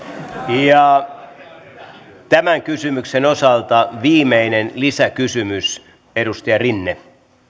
tämän kysymyksen osalta viimeinen lisäkysymys edustaja rinne